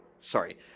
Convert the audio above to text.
sorry